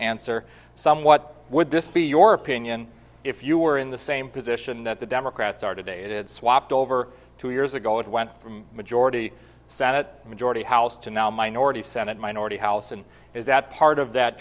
answer some what would this be your opinion if you were in the same position that the democrats are today it is swapped over two years ago it went from majority senate majority house to now minority senate minority house and is that part of that